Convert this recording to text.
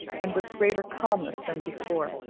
and with greater calmness than before